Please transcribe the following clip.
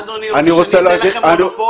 מה אדוני רוצה, שניתן לכם מונופול?